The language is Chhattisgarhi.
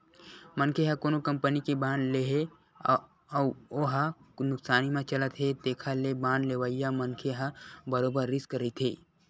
मनखे ह कोनो कंपनी के बांड ले हे अउ हो ह नुकसानी म चलत हे तेखर ले बांड लेवइया मनखे ह बरोबर रिस्क रहिथे